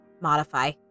modify